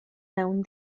mewn